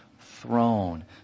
throne